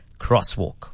Crosswalk